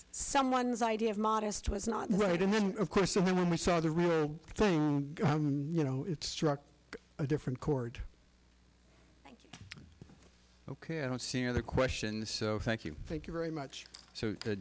someone's idea of modest was not right and then of course of when we saw the real thing you know it struck a different chord ok i don't see the question so thank you thank you very much so